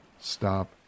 stop